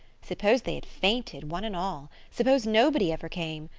suppose they had fainted, one and all! suppose nobody ever came!